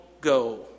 go